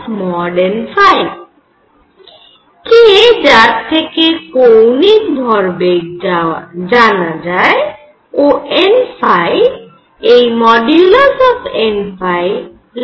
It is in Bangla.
k যার থেকে কৌণিক ভরবেগ জানা যায় ও n এই n≤k